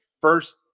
first